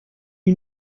you